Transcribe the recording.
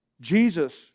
Jesus